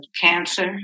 cancer